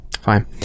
fine